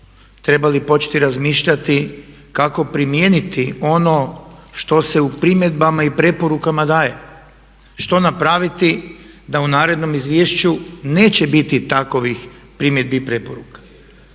trebali početi razmišljati kako primijeniti ono što se u primjedbama i preporukama daje. Što napraviti da u narednom izvješću neće biti takvih primjedbi i preporuka.